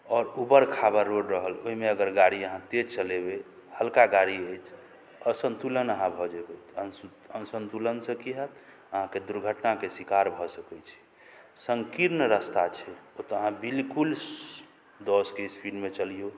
आओर उबर खाबर रोड रहल ओहिमे अगर गाड़ी अहाँ तेज चलेबै हल्का गाड़ी अछि असन्तुलन अहाँ भऽ जेबै असन्तुलनसँ की हैत अहाँके दुर्घटनाके शिकार भऽ सकैत छी संकीर्ण रास्ता छै ओतऽ अहाँ बिल्कुल दसके स्पीडमे चलियौ